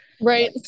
right